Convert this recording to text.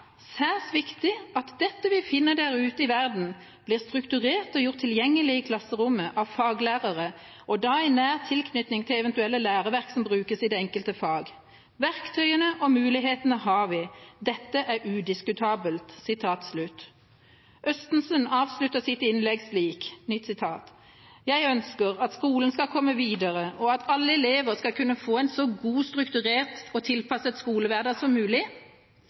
særs viktig at dette vi finner der ute i verden blir strukturert og gjort lett tilgjengelig i klasserommet av faglærere og da i nær tilknytning til eventuelle læreverk som brukes i det enkelte fag. Verktøyene og mulighetene har vi. Dette er udiskutabelt.» Østensen avslutter sitt innlegg slik: «Jeg ønsker at skolen skal komme videre og at alle elever skal kunne få en så god, strukturert og tilpasset skolehverdag som mulig.»